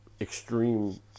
extreme